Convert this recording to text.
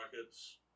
Rockets